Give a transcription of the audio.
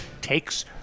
takes